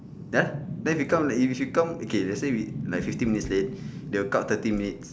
!huh! then become like if we come okay let's say we like fifteen minutes late they will cut thirty minutes